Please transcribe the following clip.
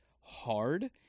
hard